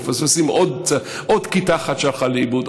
מפספסים עוד כיתה אחת שהלכה לאיבוד,